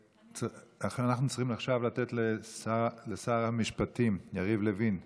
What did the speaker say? אנחנו צריכים עכשיו לתת לשר המשפטים יריב לוין להשיב.